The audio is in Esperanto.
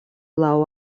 laŭ